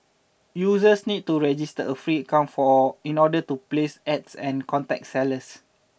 users need to register a free in order to place Ads and contact sellers